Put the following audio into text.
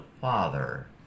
Father